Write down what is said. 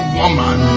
woman